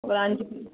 ஒரு அஞ்சு